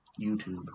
YouTube